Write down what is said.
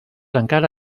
encara